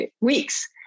weeks